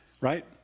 right